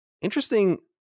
Interesting